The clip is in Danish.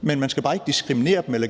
men man skal bare ikke diskriminere dem eller